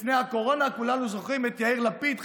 לפני הקורונה כולנו זוכרים את יאיר לפיד,